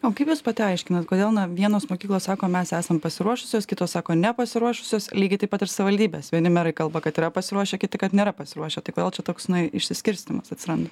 o kaip jūs pati aiškinat kodėl na vienos mokyklos sako mes esam pasiruošusios kitos sako nepasiruošusios lygiai taip pat ir savivaldybės vieni merai kalba kad yra pasiruošę kiti kad nėra pasiruošę tai kodėl čia toks išsiskirstymas atsiranda